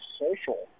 social